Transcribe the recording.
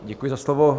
Děkuji za slovo.